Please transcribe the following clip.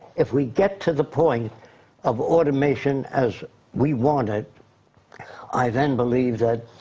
if we get to the point of automation as we want it i than believe that,